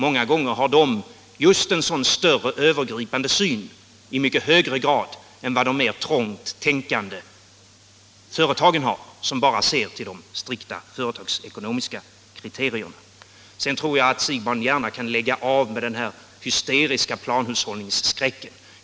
Många gånger har de människorna i mycket högre grad en övergripande syn än de mera trångt tänkande företagsledarna, som bara ser till de strikt företagsekonomiska kriterierna. Vidare tycker jag att herr Siegbahn gärna kan lägga av sin hysteriska planhushållningsskräck.